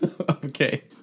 Okay